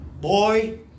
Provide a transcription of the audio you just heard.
Boy